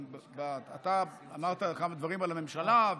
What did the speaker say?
אתה אמרת כמה דברים על הממשלה.